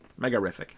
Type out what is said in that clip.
Megarific